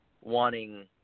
wanting